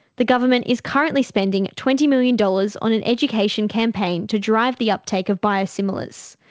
the government is currently spending twenty million dollars on an education campaign to drive the uptake of biosimilars.